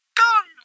gun